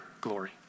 glory